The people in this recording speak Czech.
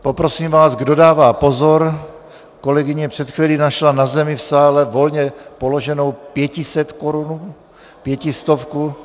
Poprosím vás, kdo dává pozor, kolegyně před chvílí našla na zemi v sále volně položenou pětisetkorunu, pětistovku.